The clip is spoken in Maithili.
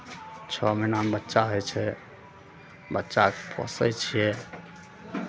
छओ महीनामे बच्चा होइ छै बच्चाकेँ पोसै छियै